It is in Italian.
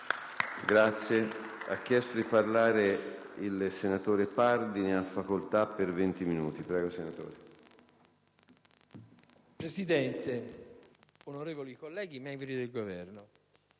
Presidente, onorevoli colleghi, membri del Governo,